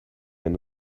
end